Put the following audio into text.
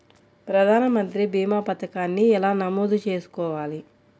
ప్రధాన మంత్రి భీమా పతకాన్ని ఎలా నమోదు చేసుకోవాలి?